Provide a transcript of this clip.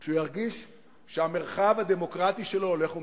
שהוא ירגיש שהמרחב הדמוקרטי שלו הולך ומצטמצם.